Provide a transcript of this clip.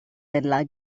della